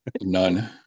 none